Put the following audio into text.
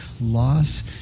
loss